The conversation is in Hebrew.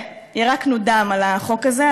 ירקנו דם על החוק הזה,